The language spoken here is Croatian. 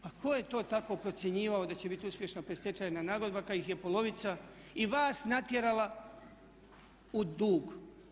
Pa ko je to tako procjenjivao da će biti uspješna predstečajna nagodba kad ih je polovica i vas natjerala u dug.